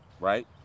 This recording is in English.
right